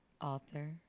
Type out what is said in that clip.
author